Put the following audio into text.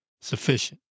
sufficient